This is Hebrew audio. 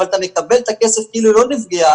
אבל אתה מקבל את הכסף כאילו לא נפגעה,